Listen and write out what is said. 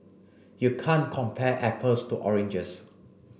you can't compare apples to oranges